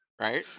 Right